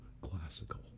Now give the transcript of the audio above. classical